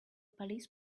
police